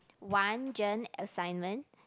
one gen assignment